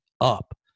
up